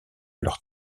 leur